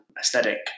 aesthetic